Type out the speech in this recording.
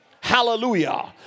Hallelujah